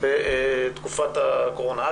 בתקופת הקורונה.